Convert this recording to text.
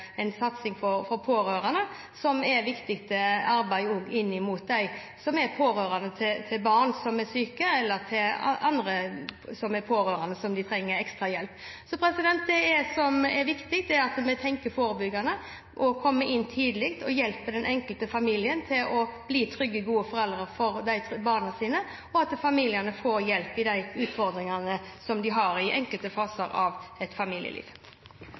en satsing på pårørende, noe som er et viktig arbeid overfor pårørende til barn som er syke, eller andre pårørende som trenger ekstra hjelp. Det som er viktig, er at vi tenker forebyggende, at vi kommer inn tidlig for å hjelpe det enkelte foreldrepar til å bli trygge og gode foreldre for barna sine, og at familiene får hjelp til de utfordringene de har i enkelte faser av et familieliv.